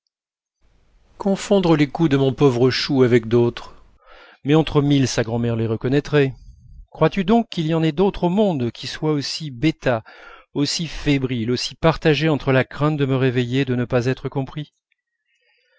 confondre les coups de mon pauvre chou avec d'autres mais entre mille sa grand'mère les reconnaîtrait crois-tu donc qu'il y en ait d'autres au monde qui soient aussi bêtas aussi fébriles aussi partagés entre la crainte de me réveiller et de ne pas être compris